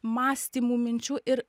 mąstymų minčių ir